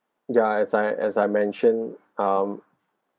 ya as I as I mention um